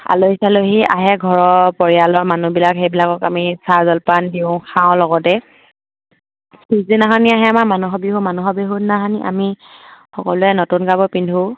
আলহী চালহী আহে ঘৰৰ পৰিয়ালৰ মানুহবিলাক সেইবিলাকক আমি চাহ জলপান দিওঁ খাওঁ লগতে পিছদিনাখনি আহে আমাৰ মানুহৰ বিহু মানুহৰ বিহুৰ দিনাখনি আমি সকলোৱে নতুন কাপোৰ পিন্ধোঁ